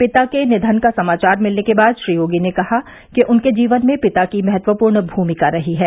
पिता के निधन का समाचार मिलने के बाद श्री योगी ने कहा कि उनके जीवन में पिता की महत्वपूर्ण भूमिका रही है